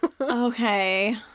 Okay